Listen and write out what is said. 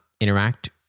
interact